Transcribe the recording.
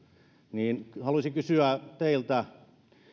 niin haluaisin kysyä teiltä